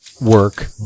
work